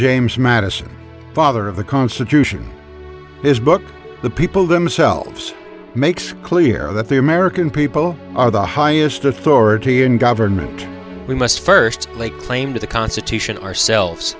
james madison father of the constitution his book the people themselves makes clear that the american people are the highest authority in government we must first lay claim to the constitution ourselves